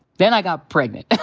then i got pregnant.